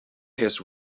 his